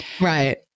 Right